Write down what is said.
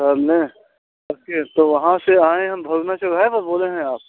तो वहाँ से आए हैं हम भावना से आए हैं हम हैं आप